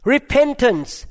Repentance